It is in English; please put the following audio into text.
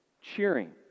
cheering